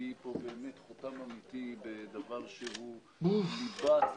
שתטביעי פה חותם אמיתי בדבר שהוא ליבת